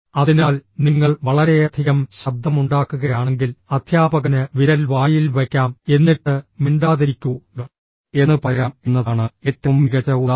അതിനാൽ നിങ്ങൾ വളരെയധികം ശബ്ദമുണ്ടാക്കുകയാണെങ്കിൽ അധ്യാപകന് വിരൽ വായിൽ വയ്ക്കാം എന്നിട്ട് മിണ്ടാതിരിക്കൂ എന്ന് പറയാം എന്നതാണ് ഏറ്റവും മികച്ച ഉദാഹരണം